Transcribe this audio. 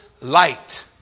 light